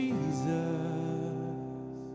Jesus